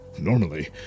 Normally